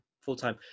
full-time